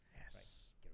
Yes